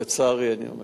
לצערי, אני אומר.